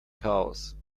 chaos